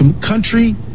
country